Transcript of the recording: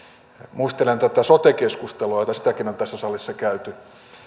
muistelen tätä sote keskustelua jota sitäkin on tässä salissa käyty